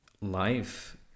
life